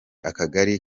akagari